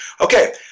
Okay